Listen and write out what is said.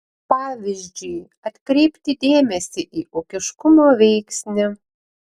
pavyzdžiui atkreipti dėmesį į ūkiškumo veiksnį